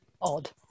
Odd